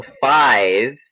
five